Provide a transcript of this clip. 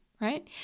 right